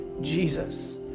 Jesus